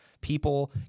people